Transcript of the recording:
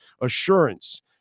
assurance